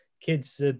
kids